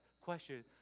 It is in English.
question